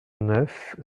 neuf